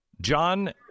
John